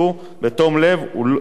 ולא באופן ספקולטיבי,